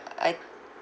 I